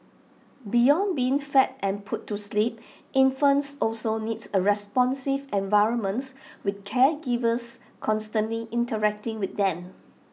beyond being fed and put to sleep infants also need A responsive environment with caregivers constantly interacting with them